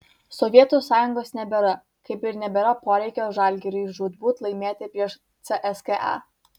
sovietų sąjungos nebėra kaip ir nebėra poreikio žalgiriui žūtbūt laimėti prieš cska